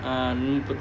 ah mm